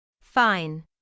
Fine